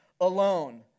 alone